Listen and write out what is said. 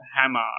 hammer